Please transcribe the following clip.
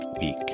week